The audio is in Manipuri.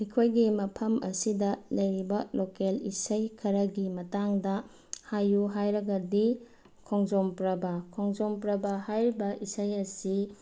ꯑꯩꯈꯣꯏꯒꯤ ꯃꯐꯝ ꯑꯁꯤꯗ ꯂꯩꯔꯤꯕ ꯂꯣꯀꯦꯜ ꯏꯁꯩ ꯈꯔꯒꯤ ꯃꯇꯥꯡꯗ ꯍꯥꯏꯌꯨ ꯍꯥꯏꯔꯒꯗꯤ ꯈꯣꯡꯖꯣꯝ ꯄꯔꯕ ꯈꯣꯡꯖꯣꯝ ꯄꯔꯕ ꯍꯥꯏꯔꯤꯕ ꯏꯁꯩ ꯑꯁꯤ